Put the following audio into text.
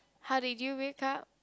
how did you wake up